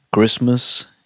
Christmas